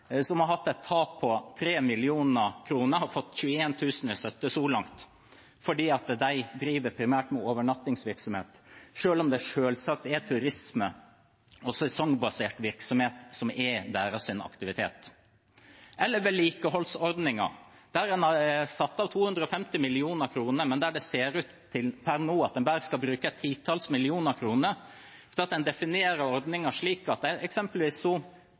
har hatt et tap på 3 mill. kr, bare har fått 21 000 kr i støtte så langt, fordi de primært driver med overnattingsvirksomhet, selv om det selvsagt er turisme og sesongbasert virksomhet som er deres aktivitet. Eller det blir som med vedlikeholdsordningen, der en har satt av 250 mill. kr, men der det per nå ser ut til at en bare skal bruke et titall millioner kroner, fordi en definerer ordningen slik at eksempelvis